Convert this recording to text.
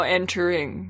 entering